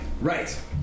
Right